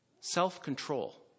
self-control